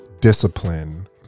Discipline